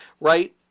right